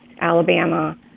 Alabama